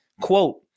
quote